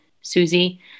Susie